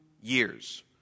years